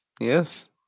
yes